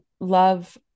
love